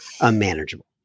unmanageable